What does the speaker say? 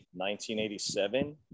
1987